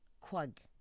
Quag